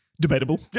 Debatable